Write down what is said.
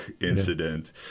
incident